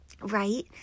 right